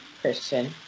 Christian